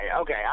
okay